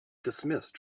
dismissed